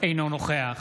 אינו נוכח